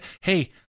hey